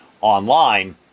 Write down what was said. online